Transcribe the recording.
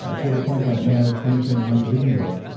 ah to the point that when i was finishing my anti-aging book,